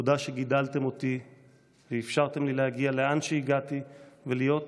תודה על שגידלתם אותי ואפשרתם לי להגיע לאן שהגעתי ולהיות